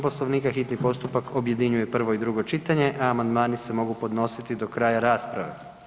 Poslovnika hitni postupak objedinjuje prvo i drugo čitanje, a amandmani se mogu podnositi do kraja rasprave.